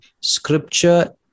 scripture